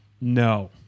No